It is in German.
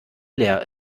leer